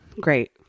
great